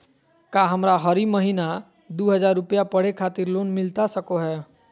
का हमरा हरी महीना दू हज़ार रुपया पढ़े खातिर लोन मिलता सको है?